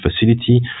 facility